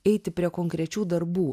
eiti prie konkrečių darbų